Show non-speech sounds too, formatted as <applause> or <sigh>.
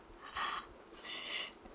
<breath>